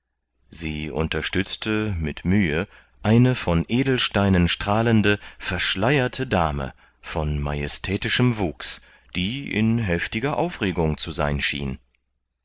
sie unterstützte mit mühe eine von edelsteinen strahlende verschleierte dame von majestätischem wuchs die in heftiger aufregung zu sein schien